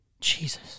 Jesus